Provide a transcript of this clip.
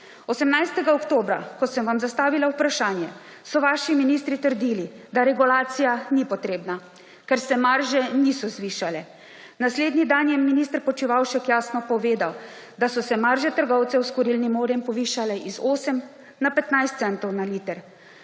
18. oktobra, ko sem vam zastavila vprašanje, so vaši ministri trdili, da regulacija ni potrebna, ker se marže niso zvišale. Naslednji dan je minister Počivalšek jasno povedal, da so se marže trgovcev s kurilnim oljem povišale z 8 na 15 centrov na liter.